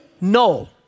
No